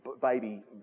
baby